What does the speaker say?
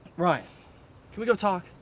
ryan. can we go talk?